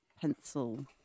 pencil